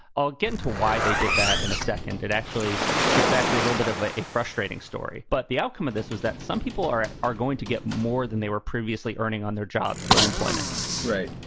i'll get into why they did that in a second. it actually it's actually a little bit of ah a frustrating story. but the outcome of this was that some people are are going to get more than they were previously earning on their jobs through unemployment right.